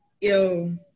Yo